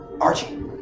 Archie